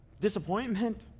disappointment